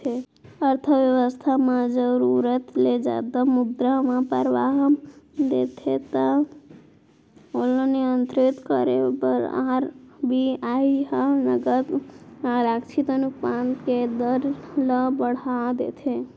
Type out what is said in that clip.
अर्थबेवस्था म जरुरत ले जादा मुद्रा के परवाह होथे त ओला नियंत्रित करे बर आर.बी.आई ह नगद आरक्छित अनुपात के दर ल बड़हा देथे